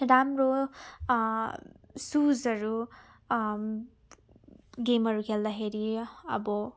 राम्रो सुजहरू गेमहरू खेल्दाखेरि अब